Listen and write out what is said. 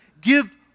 give